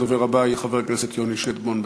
הדובר הבא יהיה חבר הכנסת יוני שטבון.